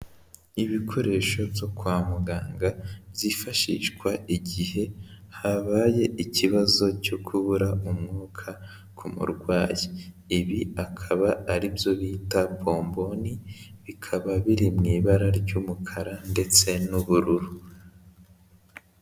Ibikoresho byo kwa muganga byifashishwa igihe habaye ikibazo cyo kubura umwuka k'umurwayi. Ibi akaba ari byo bita bomboni, bikaba biri muu ibara ry'umukara ndetse n'ubururu.